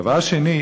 דבר שני,